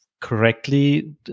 correctly